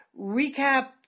recap